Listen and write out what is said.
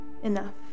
enough